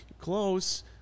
Close